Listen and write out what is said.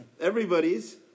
Everybody's